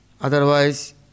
otherwise